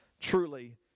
truly